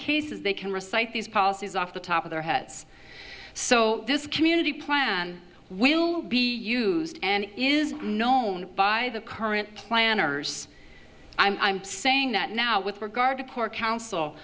cases they can recite these policies off the top of their heads so this community plan will be used and is known by the current planners i'm saying that now with regard to core counsel